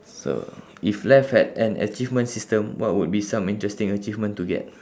so if life had an achievement system what would be some interesting achievement to get